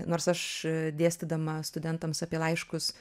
nors aš dėstydama studentams apie laiškus